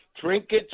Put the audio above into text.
trinkets